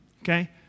okay